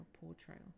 portrayal